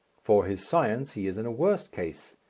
for his science he is in a worse case.